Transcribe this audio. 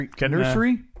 Nursery